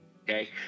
Okay